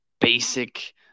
basic